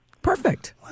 Perfect